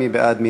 מי בעד?